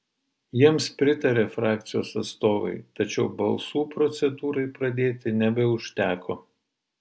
jiems pritarė frakcijos atstovai tačiau balsų procedūrai pradėti nebeužteko